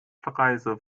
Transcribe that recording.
preise